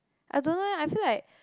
I don't know eh I feel like